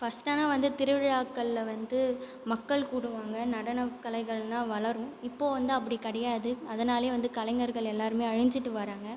first ஆனால் வந்து திருவிழாக்களில் வந்து மக்கள் கூடுவாங்க நடனக்கலைகளெலாம் வளரும் இப்போது வந்து அப்படி கிடையாது அதனாலேயே வந்து கலைஞர்கள் எல்லோருமே அழிஞ்சுட்டு வராங்க